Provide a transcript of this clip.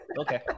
Okay